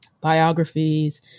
biographies